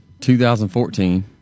2014